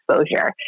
exposure